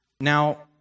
Now